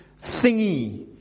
thingy